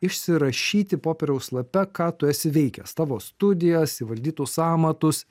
išsirašyti popieriaus lape ką tu esi veikęs tavo studijas įvaldytus amatus